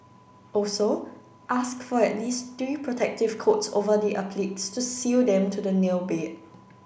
also ask for at least three protective coats over the appliques to seal them to the nail bed